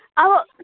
अब